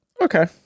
Okay